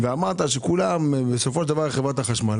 ואמרת שכולם עשו עליהום על חברת החשמל.